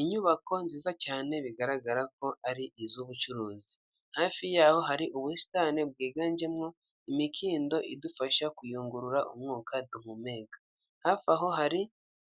Inyubako nziza cyane bigaragara ko ari iz'ubucuruzi hafi y'aho hari ubusitani bwiganjemo imikindo idufasha kuyungurura umwuka duhumeka, hafi aho hari